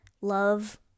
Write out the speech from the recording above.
love